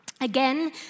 Again